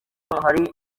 hari